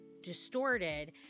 distorted